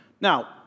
Now